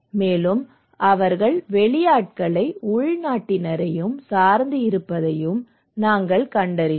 மேலும் அவர்கள் வெளியாட்களையும் உள்நாட்டினரையும் சார்ந்து இருப்பதையும் நாங்கள் கண்டறிந்தோம்